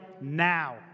now